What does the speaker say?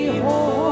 home